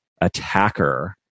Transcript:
attacker